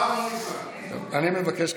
הפעם לא --- אני מבקש,